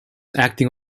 acting